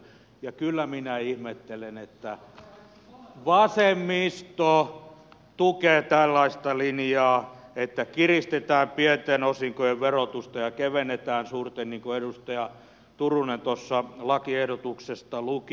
ja kyllä minä ihmettelen että vasemmisto tukee tällaista linjaa että kiristetään pienten osinkojen verotusta ja kevennetään suurten niin kuin edustaja turunen tuossa lakiehdotuksesta luki